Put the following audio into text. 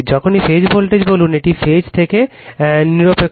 যখনই phase voltage বলুন এটি ফেজ থেকে নিরপেক্ষ